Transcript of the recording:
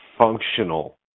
functional